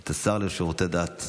את השר לשירותי דת,